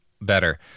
better